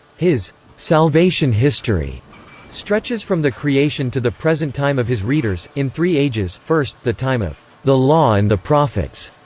his salvation history stretches from the creation to the present time of his readers, in three ages first, the time of the law and the prophets,